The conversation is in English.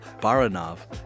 Baranov